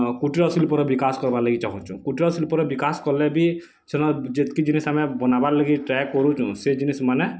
କୁଟୀର ଶିଳ୍ପର ବିକାଶ କର୍ବା ଲାଗି ଚାହୁଁଛୁ କୁଟୀର ଶିଳ୍ପର ବିକାଶ କଲେ ବି ସେନ୍ ଯେତିକି ଜିନିଷ ଆମେ ବନାବାର୍ ଲାଗି ଟ୍ରାଏ କରୁଛୁଁ ସେ ଜିନିଷ୍ମାନେ